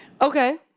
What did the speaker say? Okay